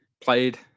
Played